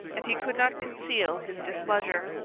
and he could not conceal his displeasure.